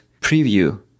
preview